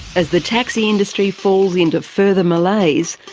as the taxi industry falls into further malaise,